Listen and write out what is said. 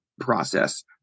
process